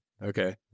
Okay